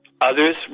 others